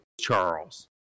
Charles